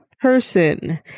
person